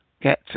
get